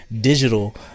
digital